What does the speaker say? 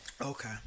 Okay